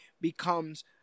becomes